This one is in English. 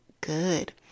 good